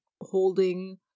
holding